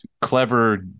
clever